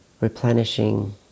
replenishing